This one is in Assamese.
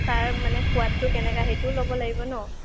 তাৰ মানে সোৱাদটো কেনেকা সেইটোও ল'ব লাগিব ন